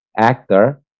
actor